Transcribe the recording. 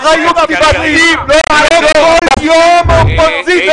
אחריות ------------ מי מפריע לכם?